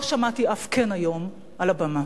לא שמעתי אף "כן" היום על הבמה.